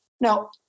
Now